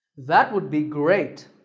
that would be great.